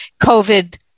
COVID